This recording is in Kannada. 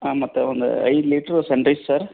ಹಾಂ ಮತ್ತು ಒಂದು ಐದು ಲೀಟ್ರ್ ಸನ್ರೈಸ್ ಸರ್